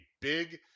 big